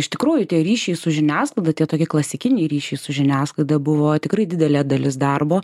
iš tikrųjų tie ryšiai su žiniasklaida tie tokie klasikiniai ryšiai su žiniasklaida buvo tikrai didelė dalis darbo